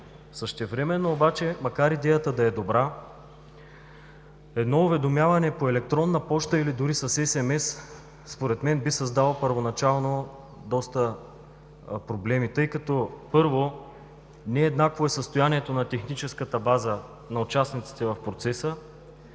Същевременно обаче, макар идеята да е добра според мен едно уведомяване по електронна поща или дори с SMS би създало първоначално доста проблеми, тъй като първо, не е еднакво състоянието на техническата база на участниците в процеса.